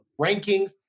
rankings